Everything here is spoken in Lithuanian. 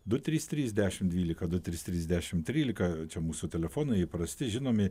du trys trys dešim dvylika du trys trys dešim trylika čia mūsų telefonai įprasti žinomi